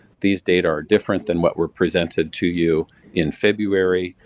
these data are different than what were presented to you in february,